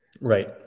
Right